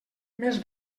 més